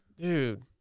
dude